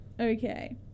Okay